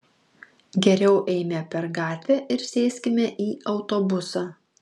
geriau eime per gatvę ir sėskime į autobusą